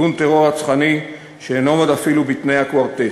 ארגון טרור רצחני שאינו עומד אפילו בתנאי הקוורטט?